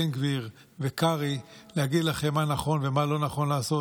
בן גביר וקרעי להגיד לכם מה נכון ומה לא נכון לעשות.